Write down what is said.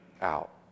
out